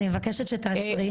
אני מבקשת שתעצרי.